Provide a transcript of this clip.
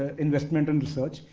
ah investment and research.